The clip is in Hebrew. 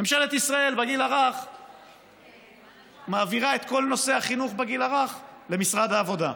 ממשלת ישראל מעבירה את כל נושא החינוך בגיל הרך למשרד העבודה,